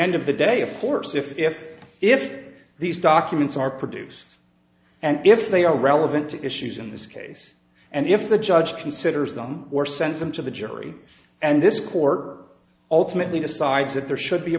end of the day of course if if these documents are produced and if they are relevant to issues in this case and if the judge considers them or sense them to the jury and this court ultimately decides that there should be a